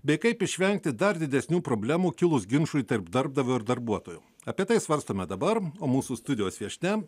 bei kaip išvengti dar didesnių problemų kilus ginčui tarp darbdavio ir darbuotojo apie tai svarstome dabar o mūsų studijos viešnia